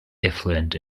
effluent